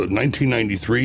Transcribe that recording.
1993